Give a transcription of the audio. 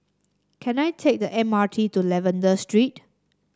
can I take the M R T to Lavender Street